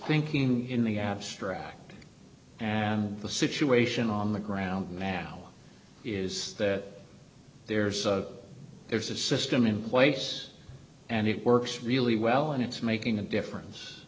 thinking in the abstract and the situation on the ground mal is that there's a there's a system in place and it works really well and it's making a difference